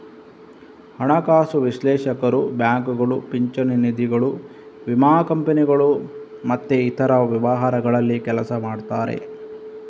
ಹಣಕಾಸು ವಿಶ್ಲೇಷಕರು ಬ್ಯಾಂಕುಗಳು, ಪಿಂಚಣಿ ನಿಧಿಗಳು, ವಿಮಾ ಕಂಪನಿಗಳು ಮತ್ತೆ ಇತರ ವ್ಯವಹಾರಗಳಲ್ಲಿ ಕೆಲಸ ಮಾಡ್ತಾರೆ